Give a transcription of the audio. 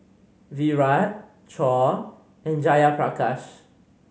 Virat Choor and Jayaprakash